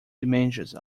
dimensions